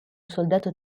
soldato